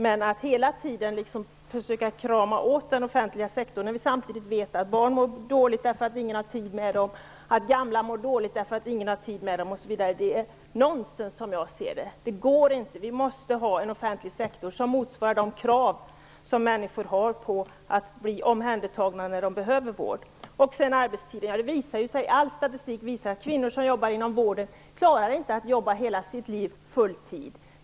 Men att hela tiden försöka krama åt den offentliga sektorn samtidig som vi vet att barn och gamla mår dåligt eftersom ingen har tid med dem, är nonsens, som jag ser det. Det går inte. Vi måste ha en offentlig sektor som motsvarar de krav som människor har när det gäller att bli omhändertagna när de behöver vård. När det gäller arbetstiden vill jag säga att all statistik visar att kvinnor som jobbar inom vården inte klarar att arbeta full tid hela sitt liv.